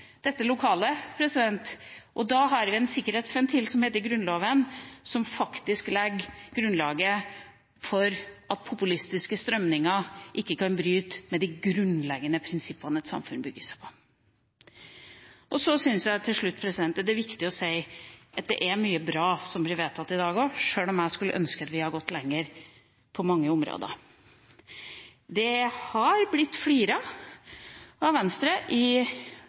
dette lokalet, og da har vi en sikkerhetsventil som heter Grunnloven, som faktisk legger grunnlaget for at populistiske strømninger ikke kan bryte med de grunnleggende prinsippene et samfunn bygges på. Så er det til slutt viktig å si at det er mye bra som blir vedtatt i dag, sjøl om jeg skulle ønske vi hadde gått lenger på mange områder. Det har blitt flirt av Venstre i